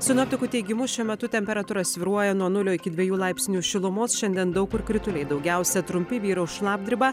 sinoptikų teigimu šiuo metu temperatūra svyruoja nuo nulio iki dviejų laipsnių šilumos šiandien daug kur krituliai daugiausia trumpi vyraus šlapdriba